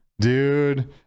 dude